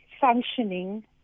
functioning